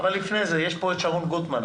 לפני שאנחנו נכנסים לדיון, נמצאת כאן שרון גוטמן.